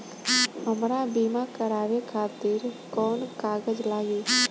हमरा बीमा करावे खातिर कोवन कागज लागी?